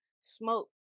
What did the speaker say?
Smoke